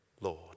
Lord